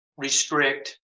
Restrict